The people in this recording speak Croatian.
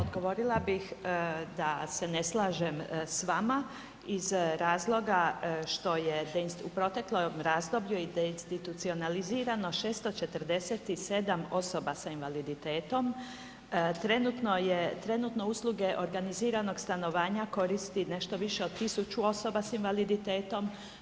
Odgovorila bih da se ne slažem sa vama iz razloga što je u proteklom razdoblju je deinstitucionalizirano 647 osoba s invaliditetom, trenutno usluge organiziranog stanovanja koristi nešto više od 1000 osoba s invaliditetom.